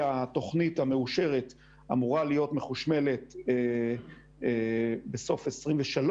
התכנית המאושרת אמורה להיות מחושמלת בסוף 2023,